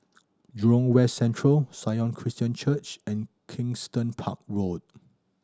Jurong West Central Sion Christian Church and Kensington Park Road